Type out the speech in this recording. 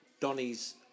Donny's